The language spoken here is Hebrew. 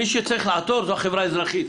מי שצריך לעתור זו החברה האזרחית.